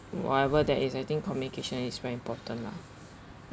whatever that is I think communication is very important lah